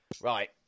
Right